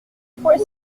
fouet